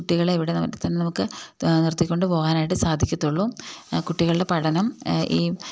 കുട്ടികളെ ഇവിടെ തന്നെ നമുക്ക് നിർത്തിക്കൊണ്ട് പോകുവാനായിട്ട് സാധിക്കുകയുള്ളൂ കുട്ടികളുടെ പഠനം ഈ